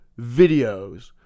videos